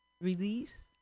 release